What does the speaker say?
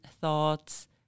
thoughts